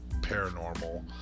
paranormal